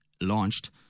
launched